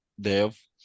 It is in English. Dev